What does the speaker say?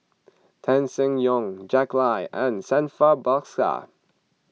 Tan Seng Yong Jack Lai and Santha Bhaskar